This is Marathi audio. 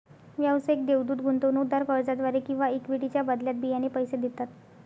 व्यावसायिक देवदूत गुंतवणूकदार कर्जाद्वारे किंवा इक्विटीच्या बदल्यात बियाणे पैसे देतात